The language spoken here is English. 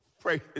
Pray